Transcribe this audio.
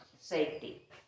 Safety